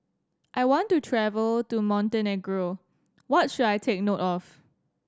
I want to travel to Montenegro what should I take note of